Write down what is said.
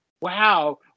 wow